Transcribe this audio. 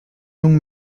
longue